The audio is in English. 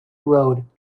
road